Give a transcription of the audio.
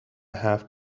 have